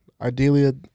ideally